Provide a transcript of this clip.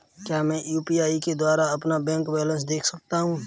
क्या मैं यू.पी.आई के द्वारा अपना बैंक बैलेंस देख सकता हूँ?